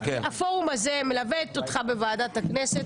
הפורום הזה מלווה אותך בוועדת הכנסת.